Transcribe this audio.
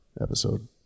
episode